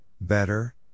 better